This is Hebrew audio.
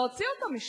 להוציא אותם משם.